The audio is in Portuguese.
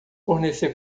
fornecer